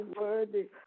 worthy